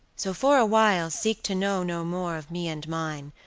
so, for a while, seek to know no more of me and mine,